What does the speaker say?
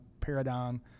paradigm